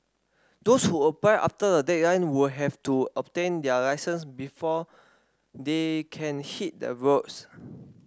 those who apply after the deadline will have to obtain their licence before they can hit the roads